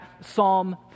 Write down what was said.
Psalm